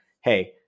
Hey